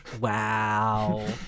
Wow